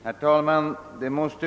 Herr talman!